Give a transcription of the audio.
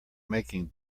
making